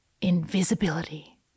invisibility